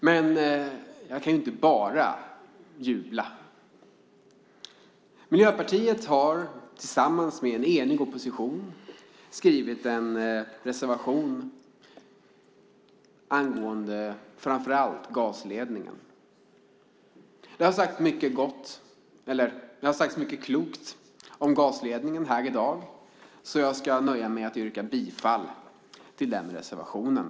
Men jag kan inte bara jubla. Miljöpartiet har tillsammans med de två andra partierna i en enig opposition skrivit en reservation framför allt angående gasledningen. Mycket klokt har sagts om gasledningen här i dag, så jag nöjer mig med att yrka bifall till reservationen.